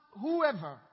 whoever